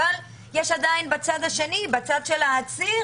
אבל יש בצד העציר,